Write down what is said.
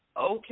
Okay